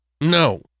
No